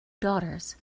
daughters